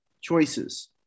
choices